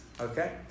Okay